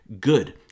good